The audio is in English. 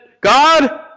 God